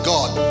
God